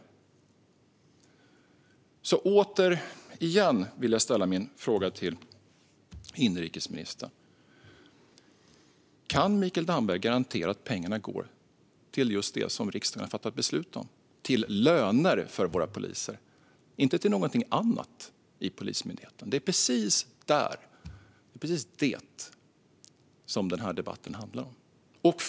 Jag vill återigen ställa min fråga till inrikesministern: Kan Mikael Damberg garantera att pengarna går till just det som riksdagen har fattat beslut om - till löner till våra poliser och inte till någonting annat i Polismyndigheten? Det är precis det som denna debatt handlar om.